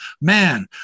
man